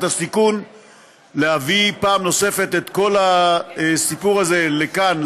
הסיכון להביא פעם נוספת את כל הסיפור הזה לכאן,